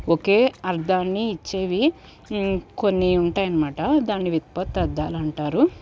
ఒకే అర్థాన్ని ఇచ్చేవి కొన్ని ఉంటాయి అనమాట దాన్ని వ్యుత్పతర్థాలు అంటారు